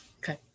Okay